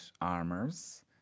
armors